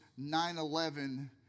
9-11